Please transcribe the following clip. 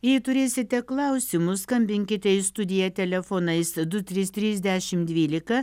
jei turėsite klausimų skambinkite į studiją telefonais du trys trys dešim dvylika